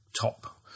top